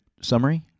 summary